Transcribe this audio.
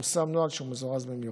פורסם נוהל שהוא מזורז במיוחד.